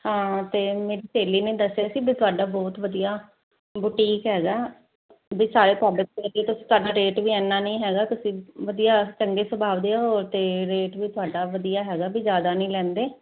ਹਾਂ ਤੇ ਮੇਰੀ ਸਹੇਲੀ ਨੇ ਦੱਸਿਆ ਸੀ ਵੀ ਤੁਹਾਡਾ ਬਹੁਤ ਵਧੀਆ ਬੁਟੀਕ ਹੈਗਾ ਵੀ ਸਾਰੇ ਪਬਲਿਕ ਦੇ ਤੁਸੀਂ ਤੁਹਾਡਾ ਰੇਟ ਵੀ ਇਨਾ ਨਹੀਂ ਹੈਗਾ ਤੁਸੀਂ ਵਧੀਆ ਚੰਗੇ ਸੁਭਾਵਦੇ ਆ ਤੇ ਰੇਟ ਵੀ ਤੁਹਾਡਾ ਵਧੀਆ ਹੈਗਾ ਵੀ ਜਿਆਦਾ ਨਹੀਂ ਲੈਂਦੇ